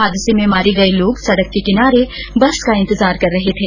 हादसे में मारे गये लोग सड़क के किनारे बस का इंतजार कर रहे थे